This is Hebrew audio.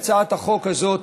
הצעת החוק הזאת,